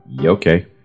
Okay